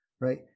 right